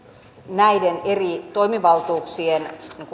näiden eri toimivaltuuksien